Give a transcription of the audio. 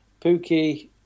Pookie